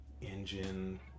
engine